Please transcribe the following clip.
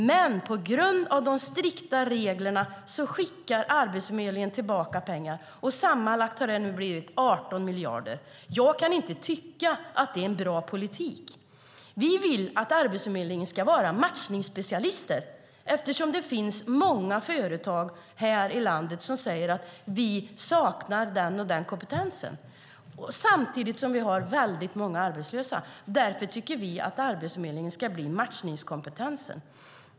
Men på grund av de strikta reglerna skickar Arbetsförmedlingen tillbaka pengar. Sammanlagt har det nu blivit 18 miljarder. Jag kan inte tycka att det är en bra politik. Vi vill att arbetsförmedlingarna ska vara matchningsspecialister, eftersom det finns många företag här i landet som säger att de saknar den och den kompetensen samtidigt som vi har många arbetslösa. Därför tycker vi att Arbetsförmedlingen ska öka matchningskompetensen.